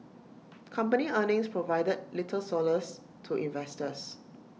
company earnings provided little solace to investors